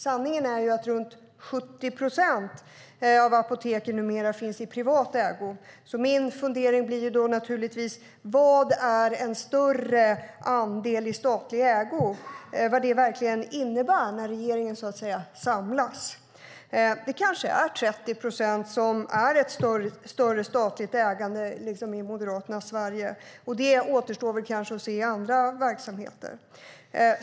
Sanningen är att 70 procent av apoteken finns i privat ägo. Jag undrar därför vad en större andel i statlig ägo innebär när regeringen samlas? 30 procent kanske är ett större statligt ägande i Moderaternas Sverige. Det återstår väl att se i andra verksamheter.